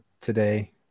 today